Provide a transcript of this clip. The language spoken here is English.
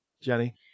Jenny